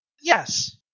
Yes